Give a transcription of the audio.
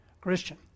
Christian